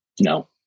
No